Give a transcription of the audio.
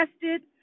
tested